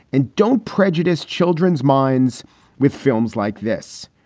and don't prejudice children's minds with films like this.